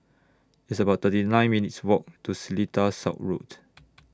It's about thirty nine minutes' Walk to Seletar South Road